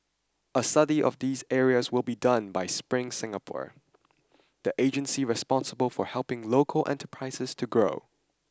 a study of these areas will be done by Spring Singapore the agency responsible for helping local enterprises to grow